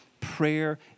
Prayer